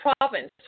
province